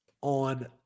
on